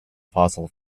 fossil